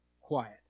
quiet